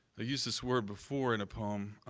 used this word before in a poem. ah,